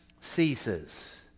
ceases